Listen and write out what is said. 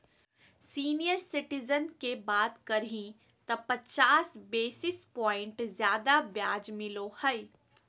senior citizen के बात करही त पचास बेसिस प्वाइंट ज्यादा ब्याज मिलो हइ